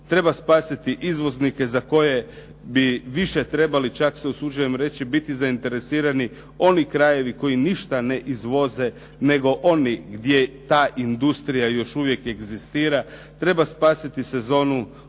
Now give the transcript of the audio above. Treba spasiti izvoznike za koje bi više trebali, čak se usuđujem reći, biti zainteresirani oni krajevi koji ništa ne izvoze, nego oni gdje ta industrija još uvijek egzistira. Treba spasiti sezonu, ona